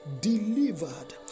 delivered